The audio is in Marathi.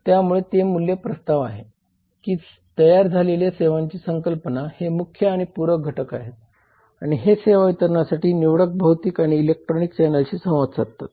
त्यामुळे येथे मूल्य प्रस्ताव आहे की तयार झालेले सेवांची संकल्पना हे मुख्य आणि पूरक घटक आहेत आणि हे सेवा वितरणासाठी निवडक भौतिक आणि इलेक्ट्रॉनिक चॅनेलशी संवाद साधतात